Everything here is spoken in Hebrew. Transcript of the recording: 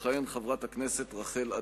תכהן חברת הכנסת רחל אדטו.